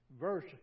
Verse